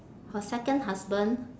her second husband